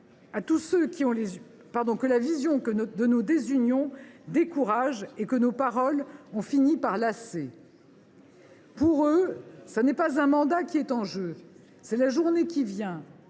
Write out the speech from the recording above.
la France, que la vision de nos désunions décourage et que nos paroles ont fini par lasser. » Ça, c’est vrai !« Pour eux, ce n’est pas un mandat qui est en jeu, c’est la journée qui vient,